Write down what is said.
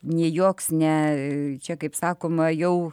nei joks ne čia kaip sakoma jau